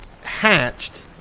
hatched